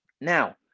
Now